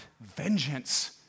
vengeance